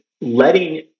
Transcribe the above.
letting